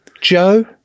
Joe